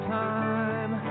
time